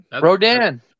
Rodan